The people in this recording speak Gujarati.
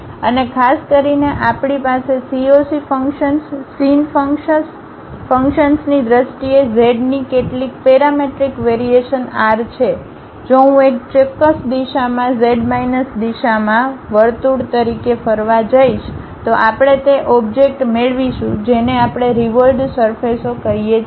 અને ખાસ કરીને આપણી પાસે cos ફંક્શન્સ sin ફંક્શન્સની દ્રષ્ટિએ z ની કેટલીક પેરામેટ્રિક વેરિએશન r છે જો હું એક ચોક્કસ z દિશામાં વર્તુળ તરીકે ફરવા જઈશ તો આપણે તે ઓઓબ્જેક્ટ મેળવીશું જેને આપણે રીવોલ્વડ સરફેસ ઓ કહીએ છીએ